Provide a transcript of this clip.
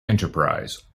enterprise